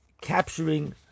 capturing